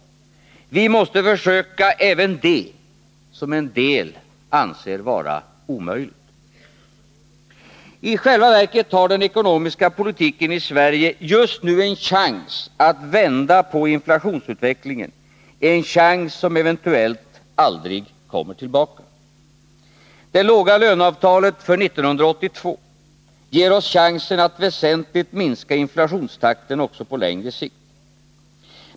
Vi måste försöka även det som en del anser vara omöjligt. I själva verket har den ekonomiska politiken i Sverige just nu en chans att vända på inflationsutvecklingen, en chans som eventuellt aldrig kommer tillbaka. Det låga löneavtalet för 1982 ger oss chansen att väsentligt minska inflationstakten också på längre sikt.